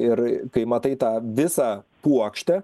ir kai matai tą visą puokštę